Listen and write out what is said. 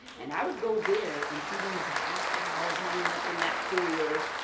and i would go there and see these half cows hanging up in that cooler.